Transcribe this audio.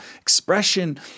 expression